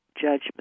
judgment